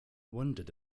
wondered